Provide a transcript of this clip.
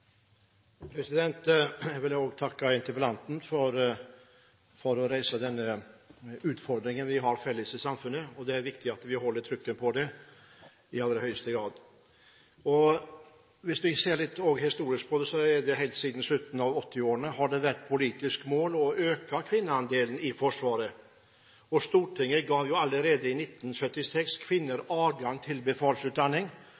bredden. Jeg vil også takke interpellanten for å reise denne utfordringen vi har felles i samfunnet. Det er viktig at vi holder trykket på det, i aller høyeste grad. Hvis vi ser litt historisk på det, har det helt siden slutten av 1980-årene vært et politisk mål å øke kvinneandelen i Forsvaret. Stortinget ga allerede i